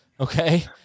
Okay